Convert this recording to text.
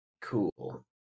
Cool